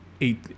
eight